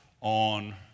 on